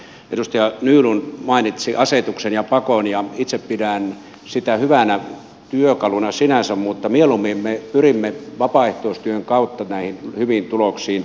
edustaja nylund mainitsi asetuksen ja pakon ja itse pidän sitä hyvänä työkaluna sinänsä mutta mieluummin me pyrimme vapaaehtoistyön kautta näihin hyviin tuloksiin